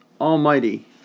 almighty